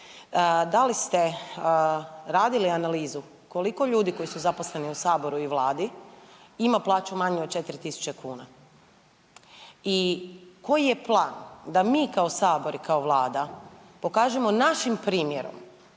da li ste radili analizu, koliko ljudi koji su zaposleni u Saboru i Vladi ima plaću manju od 4 tisuće kuna? I koji je plan da mi kao Sabor i kao Vlada pokažemo našim primjerom